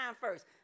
first